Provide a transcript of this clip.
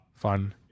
Fun